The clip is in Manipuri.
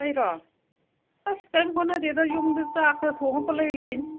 ꯑꯩꯔꯣ ꯑꯁ ꯀꯩꯏꯝ ꯍꯣꯠꯅꯗꯦꯗ ꯌꯨꯝꯗ ꯆꯥꯛ ꯈꯔ ꯊꯣꯡꯉ ꯄꯪꯂꯩ ꯂꯩꯔꯤꯅꯤ